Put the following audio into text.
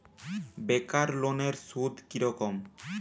বেকার লোনের সুদ কি রকম?